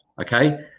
okay